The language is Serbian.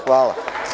Hvala.